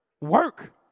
Work